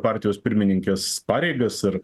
partijos pirmininkės pareigas ir